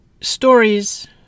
stories